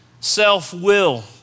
self-will